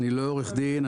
אני לא עורך דין,